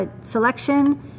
selection